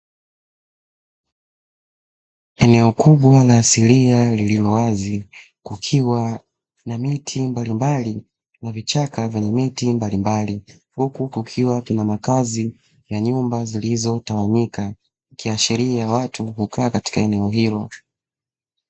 Eneo kubwa la asilia lililo wazi kukiwa na miti mbalimbali na vichaka vyenye miti mbalimbali, huku kukiwa kuna makazi ya nyumba zilizotawanyika ikiashiria watu hukaa katika eneo hilo.